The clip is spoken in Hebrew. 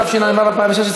התשע"ו 2016,